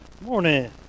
Morning